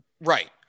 right